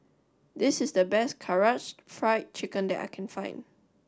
this is the best Karaage Fried Chicken that I can find